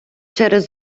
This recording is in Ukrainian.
через